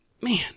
man